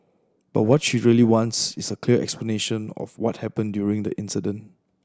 but what she really wants is a clear explanation of what happened during that incident